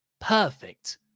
perfect